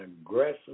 aggressive